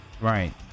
Right